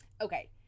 Okay